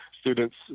students